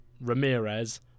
Ramirez